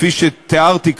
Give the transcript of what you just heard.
כפי שתיארתי,